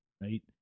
right